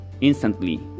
instantly